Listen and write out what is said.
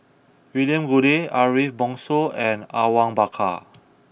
William Goode Ariff Bongso and Awang Bakar